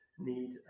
Need